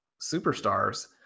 superstars